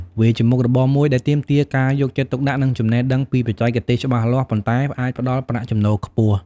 វាជាមុខរបរមួយដែលទាមទារការយកចិត្តទុកដាក់ និងចំណេះដឹងពីបច្ចេកទេសច្បាស់លាស់ ប៉ុន្តែអាចផ្តល់ប្រាក់ចំណូលខ្ពស់។